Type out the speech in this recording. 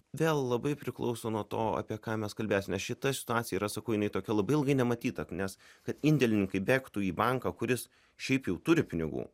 vėl labai priklauso nuo to apie ką mes kalbėsime šita situacija yra sakau jinai tokia labai ilgai nematyta nes kad indėlininkai bėgtų į banką kuris šiaip jau turi pinigų